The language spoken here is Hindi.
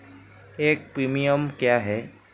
एक प्रीमियम क्या है?